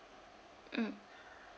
mm